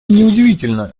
неудивительно